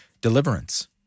deliverance